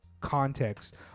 context